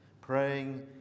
praying